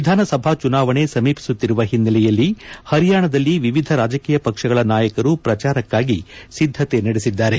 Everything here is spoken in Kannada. ವಿಧಾನಸಭೆ ಚುನಾವಣೆ ಸಮೀಪಿಸುತ್ತಿರುವ ಹಿನ್ನೆಲೆಯಲ್ಲಿ ಹರಿಯಾಣದಲ್ಲಿ ವಿವಿಧ ರಾಜಕೀಯ ಪಕ್ಷಗಳ ನಾಯಕರು ಪ್ರಚಾರಕ್ಷಾಗಿ ಸಿದ್ಗತೆ ನಡೆಸಿದ್ಗಾರೆ